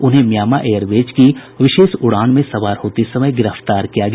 उन्हें Myanmar Airways की विशेष उड़ान में सवार होते समय गिरफ्तार किया गया